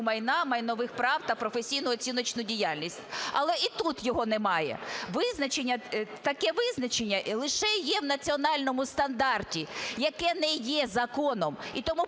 майна, майнових прав та професійну оціночну діяльність, але і тут його немає. Таке визначення лише є в національному стандарті, яке не є законом, і тому